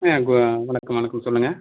கு வணக்கம் வணக்கம் சொல்லுங்கள்